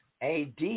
AD